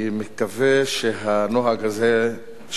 הודעתו